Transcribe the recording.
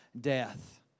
death